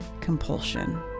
compulsion